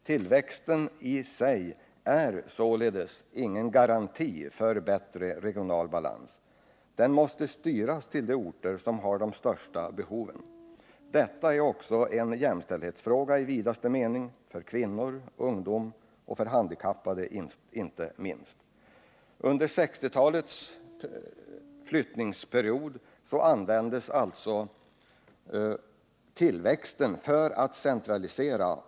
Tillväxten i sig är alltså ingen garanti för bättre regional balans. Den måste styras till de orter som har de största behoven. Detta är också en jämställdhetsfråga i vidaste mening — för kvinnor, ungdom och handikappade inte minst. Under 1960-talets flyttningsperiod användes alltså tillväxten för att centralisera.